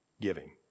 Giving